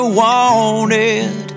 wanted